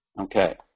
Okay